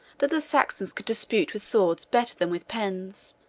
that the saxons could dispute with swords better than with pens,